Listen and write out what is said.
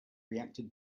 reacted